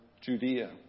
Judea